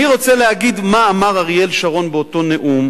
אני רוצה להגיד מה אמר אריאל שרון באותו נאום,